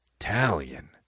Italian